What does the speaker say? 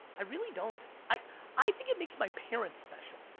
i really don't. i i think it makes my parents special.